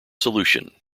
solution